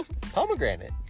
Pomegranate